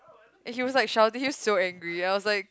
and he was like shouting he was so angry I was like